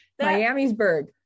miamisburg